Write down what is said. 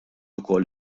ukoll